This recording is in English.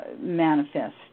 manifest